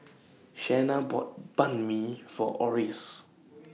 Shana bought Banh MI For Oris